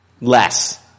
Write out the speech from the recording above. Less